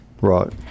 Right